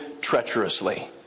treacherously